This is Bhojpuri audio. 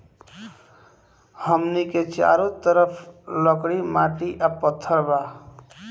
हमनी के चारो तरफ लकड़ी माटी आ पत्थर बा